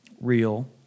real